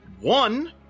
One